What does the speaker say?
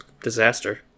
disaster